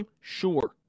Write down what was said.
Sure